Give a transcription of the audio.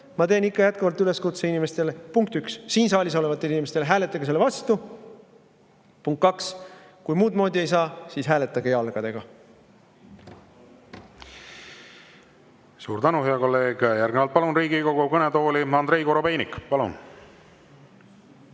Ma teen jätkuvalt üleskutse inimestele. Punkt üks on siin saalis olevatele inimestele: hääletage selle vastu. Punkt kaks: kui muud moodi ei saa, siis hääletage jalgadega. Suur tänu, hea kolleeg! Järgnevalt palun Riigikogu kõnetooli Andrei Korobeiniku. Palun!